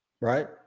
right